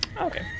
Okay